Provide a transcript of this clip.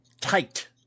tight